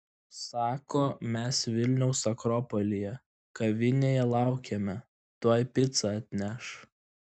sako mes vilniaus akropolyje kavinėje laukiame tuoj picą atneš